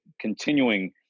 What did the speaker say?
continuing